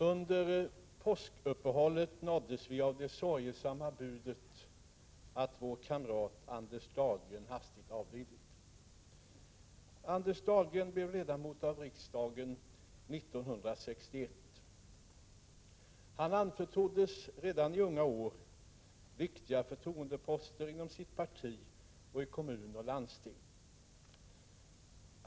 Under påskuppehållet nåddes vi av det sorgesamma budet att vår kamrat Anders Dahlgren hastigt avlidit. Anders Dahlgren blev ledamot av riksdagen 1961. Han anförtroddes redan i unga år viktiga förtroendeposter inom sitt parti och i kommun och landsting.